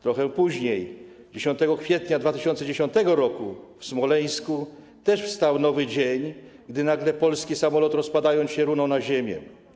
Trochę później, 10 kwietnia 2010 r., w Smoleńsku też wstał nowy dzień, gdy nagle polski samolot, rozpadając się, runął na ziemię.